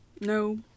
no